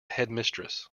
headmistress